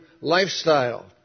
lifestyle